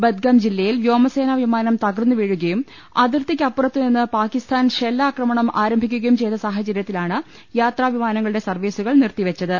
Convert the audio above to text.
ബദ്ഗാം ജില്ലയിൽ വ്യോമസേനാവിമാനം തകർന്നുവീഴുകയും അതിർത്തിക്കപ്പുറത്തുനിന്ന് പാകിസ്താൻ ഷെല്ലാക്ര മണം ആരംഭിക്കുകയും ചെയ്ത സാഹചര്യത്തിലാണ് യാത്രാവിമാന ങ്ങളുടെ സർവ്വീസുകൾ നിർത്തിവെച്ചത്